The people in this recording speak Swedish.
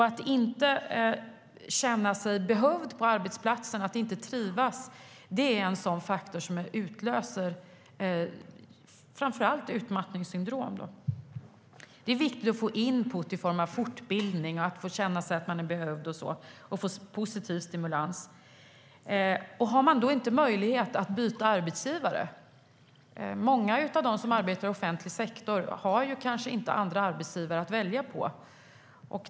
Att inte känna sig behövd på arbetsplatsen och att inte trivas är en faktor som utlöser framför allt utmattningssyndrom. Det är viktigt att få input i form av fortbildning, att få känna sig behövd och att få positiv stimulans. Då är det viktigt att ha möjlighet att byta arbetsgivare. Många som arbetar i offentlig sektor har kanske inte andra arbetsgivare att välja på.